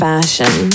Fashion